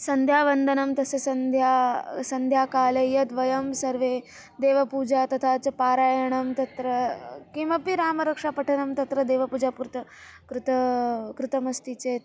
सन्ध्यावन्दनं तस्य सन्ध्या सन्ध्याकाले यद्वयं सर्वे देवपूजा तथा च पारायणं तत्र किमपि रामरक्षापठनं तत्र देवपूजा पूर्त कृत कृतमस्ति चेत्